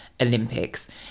Olympics